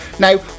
Now